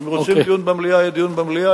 אם רוצים דיון במליאה, יהיה דיון במליאה.